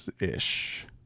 ish